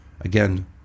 Again